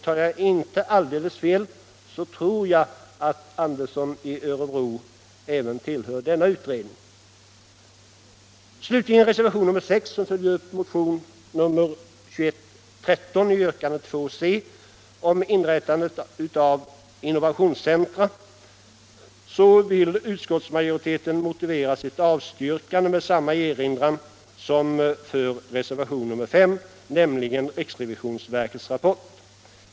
Tar jag inte alldeles fel, så tillhör även herr Andersson i Örebro denna utredning. Slutligen beträffande reservationen 7, som följer upp motion nr 2113 yrkandet 2 c om inrättande av innovationscentra, vill utskottsmajoriteten motivera sitt avstyrkande med samma erinran som för reservation nr 5, nämligen RRV:s rapport.